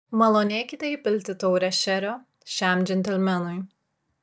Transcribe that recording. malonėkite įpilti taurę šerio šiam džentelmenui